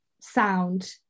sound